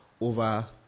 over